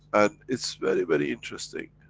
and it's very, very interesting,